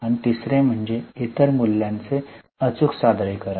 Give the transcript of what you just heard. आणि तिसरे म्हणजे इतर मूल्यांचे अचूक सादरीकरण